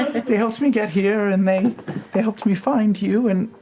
they helped me get here and they they helped me find you and